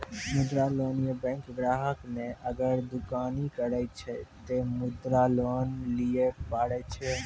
मुद्रा लोन ये बैंक ग्राहक ने अगर दुकानी करे छै ते मुद्रा लोन लिए पारे छेयै?